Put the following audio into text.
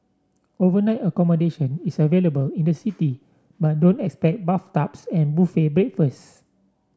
overnight accommodation is available in the city but don't expect bathtubs and buffet breakfast